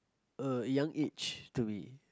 a young age to be